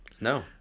No